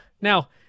now